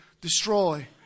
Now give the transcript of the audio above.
destroy